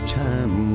time